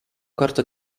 kartų